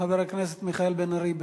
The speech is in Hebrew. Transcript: חבר הכנסת מיכאל בן-ארי.